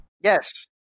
Yes